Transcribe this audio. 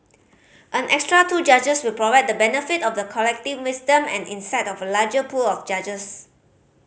an extra two judges will provide the benefit of the collective wisdom and insight of a larger pool of judges